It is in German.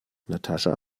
natascha